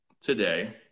today